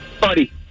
Buddy